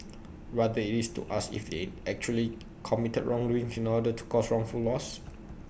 rather IT is to ask if they actually committed wrongdoing in order to cause wrongful loss